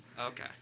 Okay